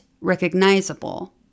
recognizable